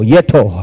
Yeto